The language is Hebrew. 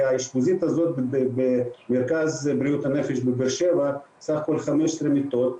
כי באשפוזית הזאת במרכז בריאות הנפש בבאר-שבע יש סך הכול 15 מיטות,